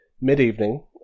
mid-evening